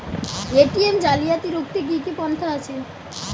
ATM জালিয়াতি রুখতে কি কি পন্থা আছে?